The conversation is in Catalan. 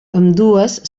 ambdues